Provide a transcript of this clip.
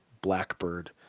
Blackbird